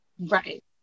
Right